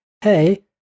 Hey